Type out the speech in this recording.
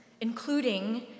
including